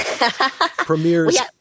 Premieres